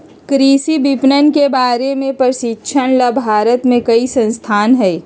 कृषि विपणन के बारे में प्रशिक्षण ला भारत में कई संस्थान हई